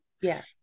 Yes